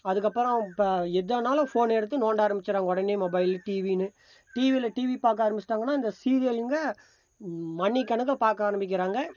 அதுக்கப்புறம் இப்போ எதானாலும் ஃபோனை எடுத்து நோண்ட ஆரம்பிச்சிடறாங்க உடனே மொபைல் டிவின்னு டிவியில் டிவி பார்க்க ஆரம்பித்துட்டாங்கன்னா இந்த சீரியலுங்க மணிக்கணக்காக பார்க்க ஆரம்பிக்கிறாங்க